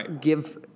give